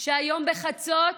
שהיום בחצות